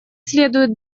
следует